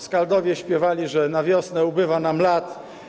Skaldowie śpiewali, że na wiosnę ubywa nam lat.